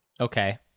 Okay